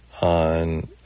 on